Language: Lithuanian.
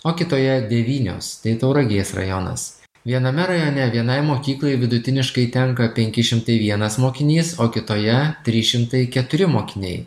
o kitoje devynios tai tauragės rajonas viename rajone vienai mokyklai vidutiniškai tenka penki šimtai vienas mokinys o kitoje trys šimtai keturi mokiniai